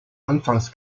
anfangs